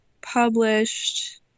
published